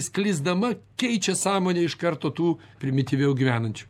sklisdama keičia sąmonę iš karto tų primityviau gyvenančių